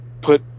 put